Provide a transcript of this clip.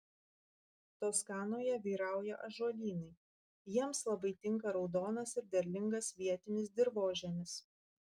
toskanoje vyrauja ąžuolynai jiems labai tinka raudonas ir derlingas vietinis dirvožemis